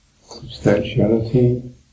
substantiality